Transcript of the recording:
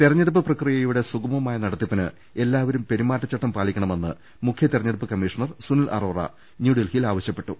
തിരഞ്ഞെടുപ്പ് പ്രക്രിയയുടെ സുഗമമായ നടത്തിപ്പിന് എല്ലാവരും പെരുമാറ്റച്ചട്ടം പാലിക്കണമെന്ന് മുഖ്യ തിരഞ്ഞെടുപ്പ് കമ്മി ഷണർ സുനിൽ അറോറ ന്യൂഡൽഹിയിൽ ആവശ്യപ്പെട്ടു